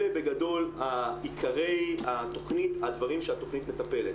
אלה בגדול עיקרי התכנית, הדברים שהתכנית מטפלת.